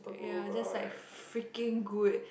ya just like freaking good